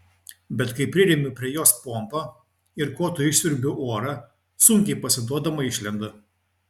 bet kai priremiu prie jos pompą ir kotu išsiurbiu orą sunkiai pasiduodama išlenda